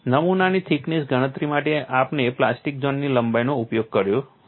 નમૂનાની થિકનેસ ગણતરી માટે આપણે પ્લાસ્ટિક ઝોનની લંબાઈનો ઉપયોગ કર્યો છે